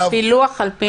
ובפילוח על פי מחוזות.